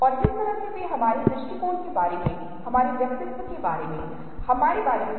तो यह बहुत दिलचस्प है और ये विभिन्न प्रकार के रूपों को श्रेणिबद्ध करना और वग्रिकृत करने के तरीके के छोटे उदाहरण हैं